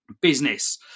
business